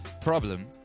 problem